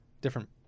different